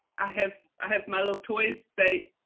i have, i have my little toys, they,